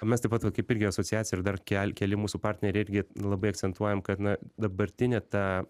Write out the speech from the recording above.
mes taip pat va kaip irgi asociacija ir dar kel keli mūsų partneriai irgi labai akcentuojam kad na dabartinė ta